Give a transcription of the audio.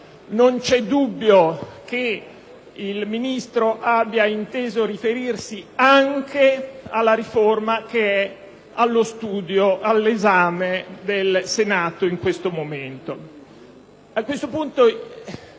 non c'è dubbio che il Ministro abbia inteso riferirsi anche alla riforma che è all'esame del Senato in questo momento.